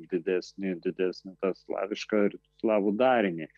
didesnė didesnį slavišką slavų darinį